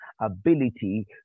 ability